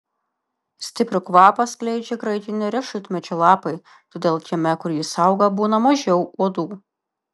stiprų kvapą skleidžia graikinio riešutmedžio lapai todėl kieme kur jis auga būna mažiau uodų